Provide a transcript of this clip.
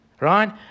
right